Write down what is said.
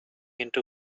into